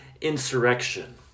insurrection